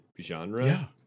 genre